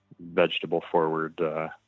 vegetable-forward